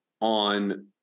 on –